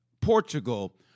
Portugal